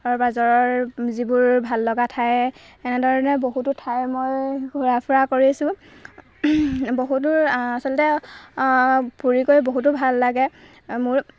ওচৰ পাঁজৰৰ যিবোৰ ভাললগা ঠাই এনেধৰণে বহুতো ঠাই মই ঘূৰা ফুৰা কৰিছোঁ বহুতো আচলতে ফুৰি কৰি বহুতো ভাল লাগে মোৰ